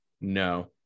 no